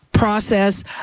Process